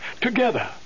together